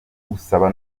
gusaba